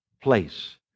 place